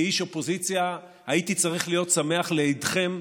כאיש אופוזיציה הייתי צריך להיות שמח לאדכם,